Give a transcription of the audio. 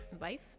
Life